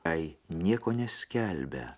jei nieko neskelbia